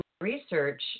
research